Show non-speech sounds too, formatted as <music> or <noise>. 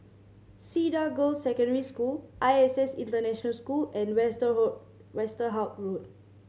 Cedar Girls' Secondary School I S S International School and <unintelligible> Westerhout Road